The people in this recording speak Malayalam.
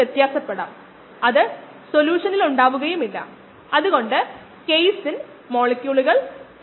ഈ പ്രഭാഷണത്തിൽ ബയോമാസ് അല്ലെങ്കിൽ കോശങ്ങൾ സബ്സ്ട്രേറ്റ് ഉൽപ്പന്നങ്ങൾ എന്നിവയുടെ സാന്ദ്രത അളക്കുന്നതിനുള്ള രീതികൾ നമ്മൾ പരിശോധിച്ചു